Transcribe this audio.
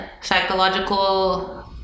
psychological